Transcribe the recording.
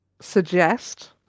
suggest